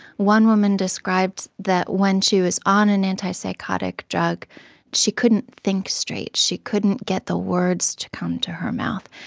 one woman described that when she was on an antipsychotic drug she couldn't think straight, she couldn't get the words to come to her mouth.